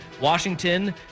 Washington